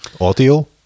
Audio